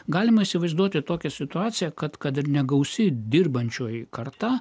galima įsivaizduoti tokią situaciją kad kad ir negausi dirbančioji karta